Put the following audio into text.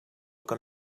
kan